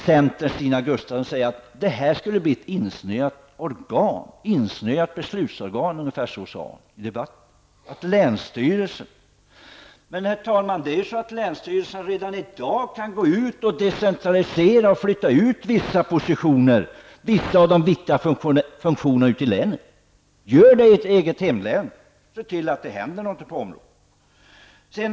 Centerns Stina Gustavsson säger att länsstyrelsen skulle bli ett insnöat beslutsorgan. Ungefär så sade hon i debatten. Men, herr talman, det är ju så att länsstyrelsen redan i dag kan gå ut och decentralisera och flytta vissa positioner, vissa av de viktiga funktionerna, ut i länet. Gör det i ert eget hemlän och se till att det händer någonting på området.